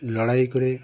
লড়াই করে